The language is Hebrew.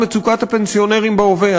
מצוקת הפנסיונרים בהווה.